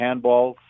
handballs